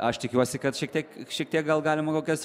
aš tikiuosi kad šiek tiek šiek tiek gal galima kokias